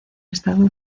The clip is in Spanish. estado